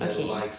okay